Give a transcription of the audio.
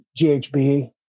GHB